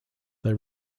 they